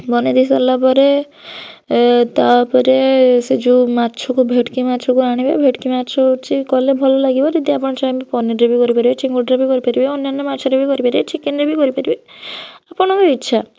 ବନାଇ ଦେଇ ସାରିଲା ପରେ ଏ ତା ପରେ ସେ ଯେଉଁ ମାଛ କୁ ଭେଟକି ମାଛକୁ ଆଣିବା ଭେଟକି ମାଛ ହେଉଛି କଲେ ଭଲ ଲାଗିବ ଯଦି ଆପଣ ଚାହିଁବେ ପନିରରେ ବି କରିପାରିବେ ଚିଙ୍ଗୁଡ଼ିରେ ବି କରିପାରିବେ ଅନ୍ୟାନ୍ୟ ମାଛରେ ବି କରିପାରିବେ ଚିକେନରେ ବି କରିପାରିବେ ଆପଣଙ୍କ ଇଚ୍ଛା